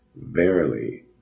verily